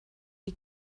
die